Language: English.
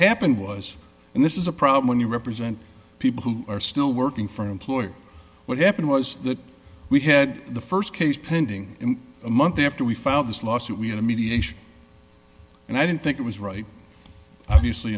happened was and this is a problem when you represent people who are still working for an employer what happened was that we had the st case pending a month after we filed this lawsuit we had a mediation and i didn't think it was right obviously